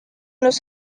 los